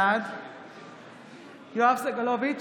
בעד יואב סגלוביץ'